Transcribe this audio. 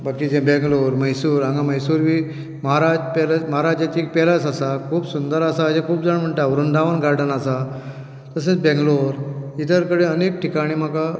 जावं बाकीचे बेंगलोर मैसूर हांगा मैसूर बी महाराजाची पेलेस आसा खूब सुंदर आसा अशे खूब जाण म्हणटा वृंदावन गार्डन आसा तशेंच बेंगलोर अशें अनेक ठिकाणें म्हाका